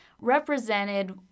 represented